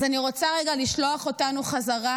אז אני רוצה רגע לשלוח אותנו חזרה